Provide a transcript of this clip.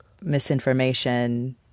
misinformation